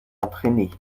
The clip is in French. entraînés